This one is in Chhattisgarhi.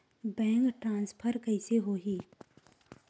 बैंक ट्रान्सफर कइसे होही?